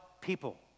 people